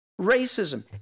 Racism